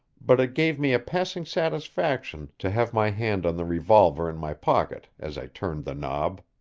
but it gave me a passing satisfaction to have my hand on the revolver in my pocket as i turned the knob.